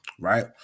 right